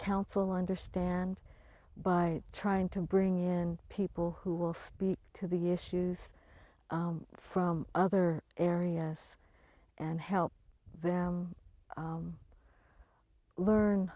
council understand by trying to bring in people who will speak to the issues from other areas and help them learn